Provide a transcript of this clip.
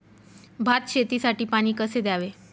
भात शेतीसाठी पाणी कसे द्यावे?